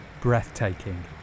breathtaking